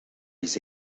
his